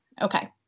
okay